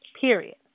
period